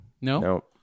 No